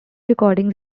recordings